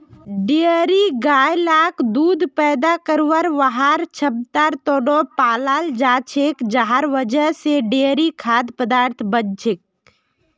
dairy गाय लाक दूध पैदा करवार वहार क्षमतार त न पालाल जा छेक जहार वजह से डेयरी खाद्य पदार्थ बन छेक